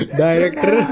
director